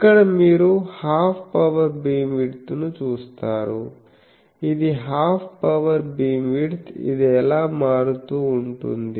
ఇక్కడ మీరు half power beamwidth ను చూస్తారు ఇది హాఫ్ పవర్ భీమ్విడ్త్ ఇది ఎలా మారుతూ ఉంటుంది